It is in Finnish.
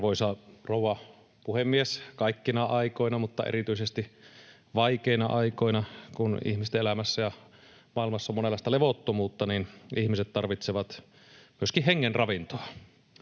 Arvoisa rouva puhemies! Kaikkina aikoina mutta erityisesti vaikeina aikoina, kun ihmisten elämässä ja maailmassa on monenlaista levottomuutta, ihmiset tarvitsevat myöskin hengenravintoa.